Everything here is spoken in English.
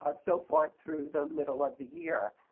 but so far through the middle of the year.